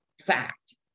fact